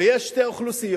ויש שתי אוכלוסיות